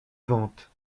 ventes